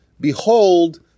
Behold